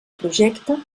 projecte